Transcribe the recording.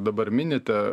dabar minite